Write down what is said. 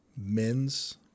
men's